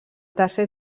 tercer